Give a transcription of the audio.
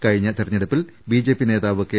കഴിഞ്ഞ തെരഞ്ഞെടുപ്പിൽ ബിജെപി നേതാവ് കെ